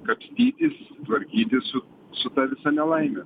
kapstytis tvarkytis su su ta visa nelaime